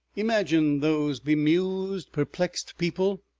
imagine those bemused, perplexed people,